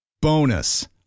Bonus